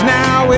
now